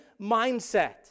mindset